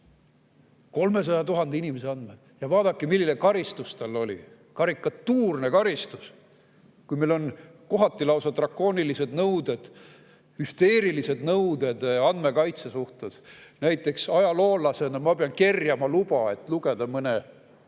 300 000 inimese andmed! Ja vaadake, milline karistus talle oli: karikatuurne karistus! Samas on meil kohati lausa drakoonilised nõuded, hüsteerilised nõuded andmekaitse suhtes. Näiteks ajaloolasena ma pean kerjama luba, et lugeda mõne